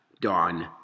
dawn